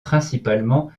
principalement